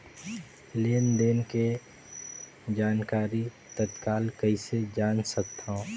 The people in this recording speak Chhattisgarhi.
लेन देन के जानकारी तत्काल कइसे जान सकथव?